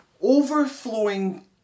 overflowing